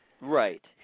Right